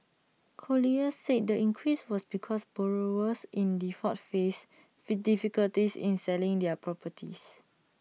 colliers said the increase was because borrowers in default faced difficulties in selling their properties